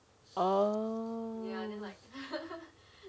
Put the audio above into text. oh